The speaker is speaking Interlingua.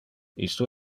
isto